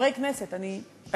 להסתפק בדברים?